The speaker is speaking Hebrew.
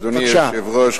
אדוני היושב-ראש,